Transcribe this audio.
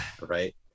Right